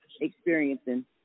experiencing